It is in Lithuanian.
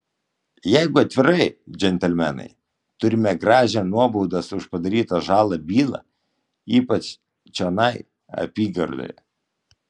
jeigu atvirai džentelmenai turime gražią nuobaudos už padarytą žalą bylą ypač čionai apygardoje